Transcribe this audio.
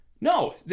No